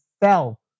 fell